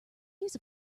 use